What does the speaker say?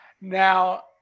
Now